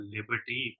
Liberty